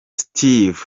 steve